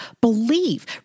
Believe